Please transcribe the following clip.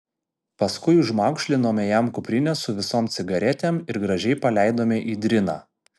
paskui užmaukšlinome jam kuprinę su visom cigaretėm ir gražiai paleidome į driną